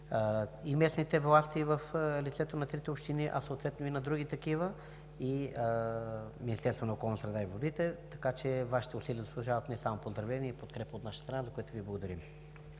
и местните власти в лицето на трите общини, съответно и на други такива, а и Министерството на околната среда и водите. Вашите усилия заслужват не само поздравления, а и подкрепа от наша страна, за което Ви благодарим.